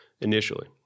initially